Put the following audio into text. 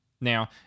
now